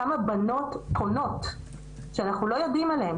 כמה בנות פונות שאנחנו לא יודעים עליהן,